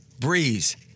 Breeze